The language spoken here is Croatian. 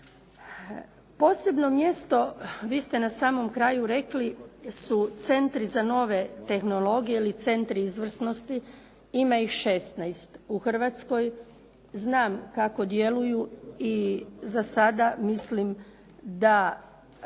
Posebno mjesto, vi ste na samom kraju rekli, su centri za nove tehnologije ili centri izvrsnosti. Ima ih 16 u Hrvatskoj. Znam kako djeluju i za sada mislim da